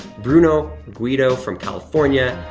bruno guido from california,